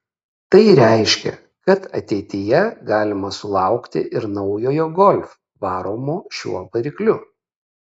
tai reiškia kad ateityje galima sulaukti ir naujojo golf varomo šiuo varikliu